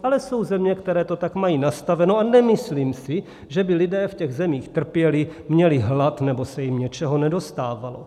Ale jsou země, které to tak mají nastaveno, a nemyslím si, že by lidé v těch zemích trpěli, měli hlad nebo se jim něčeho nedostávalo.